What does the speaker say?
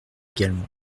également